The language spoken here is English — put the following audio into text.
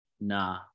Nah